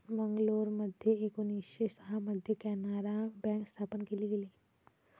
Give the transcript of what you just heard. मंगलोरमध्ये एकोणीसशे सहा मध्ये कॅनारा बँक स्थापन केली गेली